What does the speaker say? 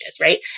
right